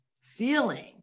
feeling